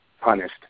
punished